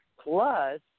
Plus